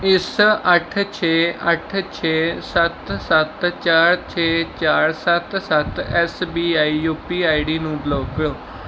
ਇਸ ਅੱਠ ਛੇ ਅੱਠ ਛੇ ਸੱਤ ਸੱਤ ਚਾਰ ਛੇ ਚਾਰ ਸੱਤ ਸੱਤ S B I U P I D ਨੂੰ ਬਲੌਕ ਕਰੋ